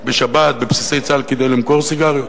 בשבת בבסיסי צה"ל כדי למכור סיגריות?